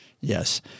Yes